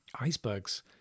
Icebergs